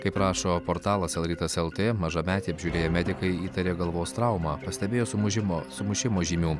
kaip rašo portalas el rytas el tė mažametį apžiūrėję medikai įtarė galvos traumą pastebėjo sumušimo sumušimo žymių